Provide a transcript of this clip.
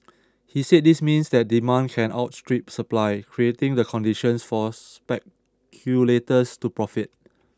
he said this means that demand can outstrip supply creating the conditions for speculators to profit